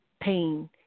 Pain